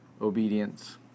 obedience